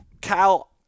Cal